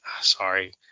sorry